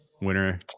Winner